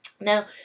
Now